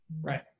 Right